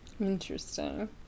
interesting